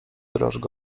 dreszcz